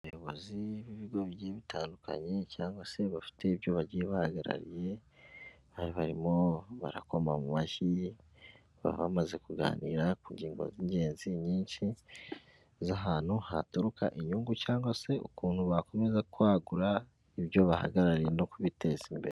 Abayobozi b'ibigo bigiye bitandukanye cyangwa se bafite ibyo bagiye bahagarariye, barimo barakoma mu mashyi, baba bamaze kuganira ku ngingo z'ingenzi nyinshi z'ahantu haturuka inyungu cyangwa se ukuntu bakomeza kwagura ibyo bahagarariye no kubiteza imbere.